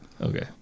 Okay